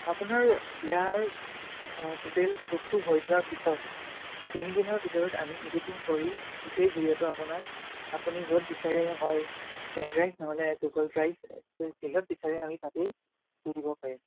আপোনাৰ বিয়াৰ টোটেল শ্বুটটো হৈ যোৱাৰ পিছত তিনিদিনৰ ভিতৰত আমি ইডিটিঙ কৰি গোটেই ভিডিঅ'টো আপোনাক আপুনি য'ত বিচাৰে হয় পেনড্ৰাইভ নহলে গুগল ড্ৰাইভ যিহত বিচাৰে আমি তাতেই দি দিব পাৰিম